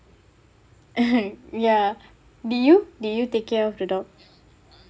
ya did you did you take care of the dog